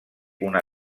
una